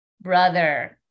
brother